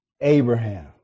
Abraham